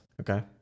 Okay